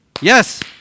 Yes